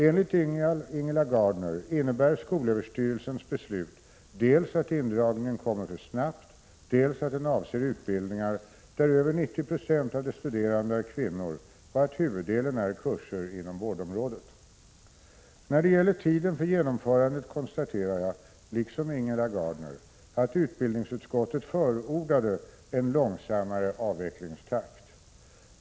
Enligt Ingela Gardner innebär skolöverstyrelsens beslut dels att indragningen kommer för snabbt, dels att den avser utbildningar där över 90 26 av de studerande är kvinnor och att huvuddelen är kurser inom vårdområdet. När det gäller tiden för genomförandet konstaterar jag, liksom Ingela Gardner, att utbildningsutskottet förordade en långsammare avvecklingstakt.